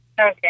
Okay